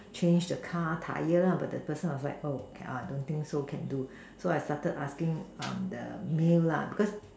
change the car the Tyre lah but the first time oh can I don't think so can do so I sustain asking the meal lah because